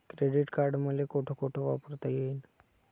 Credit card मले कोठ कोठ वापरता येईन?